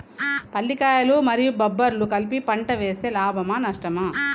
పల్లికాయలు మరియు బబ్బర్లు కలిపి పంట వేస్తే లాభమా? నష్టమా?